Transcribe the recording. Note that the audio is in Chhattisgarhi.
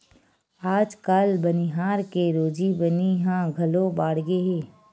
आजकाल बनिहार के रोजी बनी ह घलो बाड़गे हे